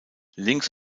links